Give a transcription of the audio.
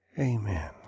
Amen